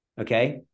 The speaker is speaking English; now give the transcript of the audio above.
okay